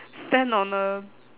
stand on a